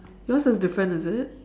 yours is different is it